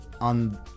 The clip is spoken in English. on